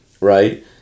right